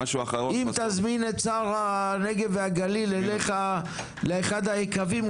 אם תזמין את שר הנגב והגליל אליך לאחד היקבים,